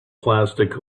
plastic